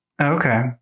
Okay